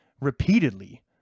repeatedly